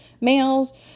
males